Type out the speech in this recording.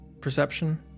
perception